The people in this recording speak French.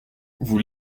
vous